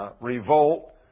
revolt